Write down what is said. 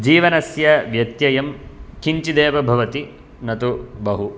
जीवनस्य व्यत्ययं किञ्चिदेव भवति न तु बहु